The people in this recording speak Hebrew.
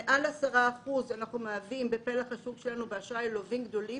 מהווה 10% מפלח השוק באשראי ללווים גדולים,